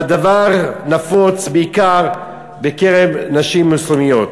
והדבר נפוץ בעיקר בקרב נשים מוסלמיות.